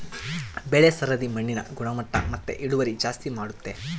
ಬೆಳೆ ಸರದಿ ಮಣ್ಣಿನ ಗುಣಮಟ್ಟ ಮತ್ತೆ ಇಳುವರಿ ಜಾಸ್ತಿ ಮಾಡ್ತತೆ